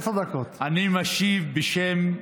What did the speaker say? אם הוא